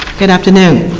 good afternoon.